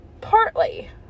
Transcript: partly